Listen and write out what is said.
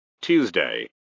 Tuesday